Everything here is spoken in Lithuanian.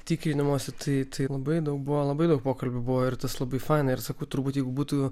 tikrinimosi tai labai daug buvo labai daug pokalbių buvo ir tas labai fanai ir sakau turbūt jeigu būtų